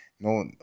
no